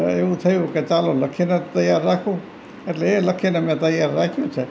એવું થયું કે ચાલો લખીને તૈયાર રાખું એટલે એ લખીને મેં તૈયાર રાખ્યું છે